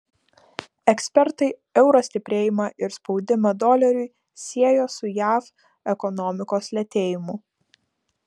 ekspertai euro stiprėjimą ir spaudimą doleriui siejo su jav ekonomikos lėtėjimu